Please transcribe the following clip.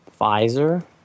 Pfizer